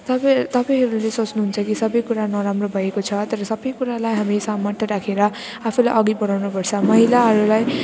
तपाईँ तपाईँहरूले सोच्नुहुन्छ कि सबै कुरा नराम्रो भएको छ तर सबै कुरालाई हामी सामर्थ्य राखेर आफूलाई अघि बढाउनुपर्छ महिलाहरूलाई